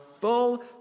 full